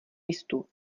listů